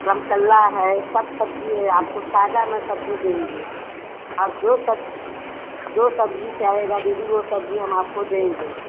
रमकल्ला है सब सब्ज़ी है आपको ताज़ा मैं सब्ज़ी देंगे आप जो सब्ज़ी जो सब्ज़ी चाहेगा दीदी वह सब्ज़ी हम आपको देंगे